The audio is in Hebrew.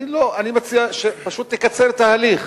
אני מציע שפשוט תקצר את ההליך.